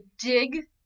dig